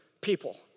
people